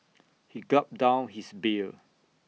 he gulped down his beer